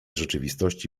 rzeczywistości